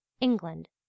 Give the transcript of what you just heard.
England